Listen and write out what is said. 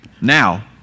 Now